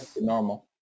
normal